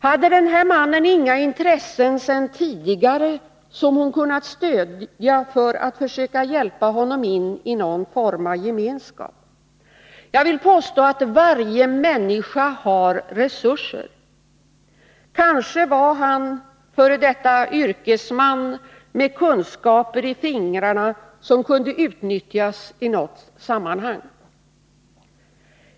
Hade den gamle mannen inga intressen sedan tidigare, som hon kunnat stödja för att försöka hjälpa honom in i någon form av gemenskap? Jag vill påstå att varje människa har resurser. Kanske var han f. d. yrkesman med kunskaper i fingrarna som kunde utnyttjas i något sammanhang.